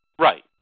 Right